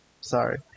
Sorry